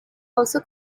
also